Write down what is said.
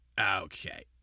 okay